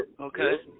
Okay